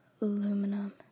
aluminum